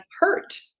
hurt